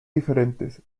diferentes